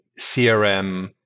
CRM